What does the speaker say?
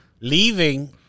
Leaving